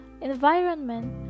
environment